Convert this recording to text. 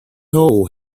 hole